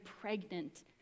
pregnant